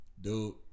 Dude